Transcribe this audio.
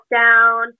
down